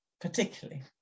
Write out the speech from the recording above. particularly